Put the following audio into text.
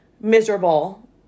miserable